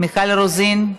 מיכל רוזין,